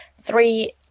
three